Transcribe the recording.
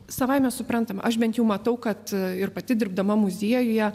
savaime suprantama aš bent jau matau kad ir pati dirbdama muziejuje